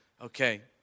okay